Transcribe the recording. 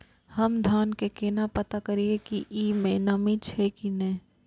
हम धान के केना पता करिए की ई में नमी छे की ने?